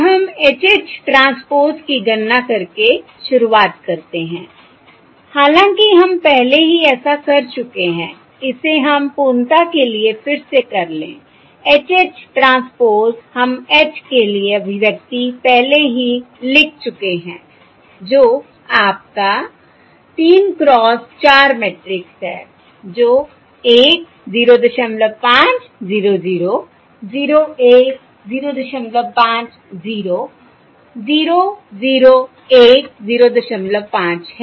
अब हम HH transpose की गणना करके शुरुआत करते हैं हालाँकि हम पहले ही ऐसा कर चुके हैं इसे हम पूर्णता के लिए फिर से कर लें HH ट्रांसपोज़ हम H के लिए अभिव्यक्ति पहले ही लिख चुके हैं जो आपका 3 क्रॉस 4 मैट्रिक्स है जो 1 05 0 0 0 1 05 0 0 01 05 है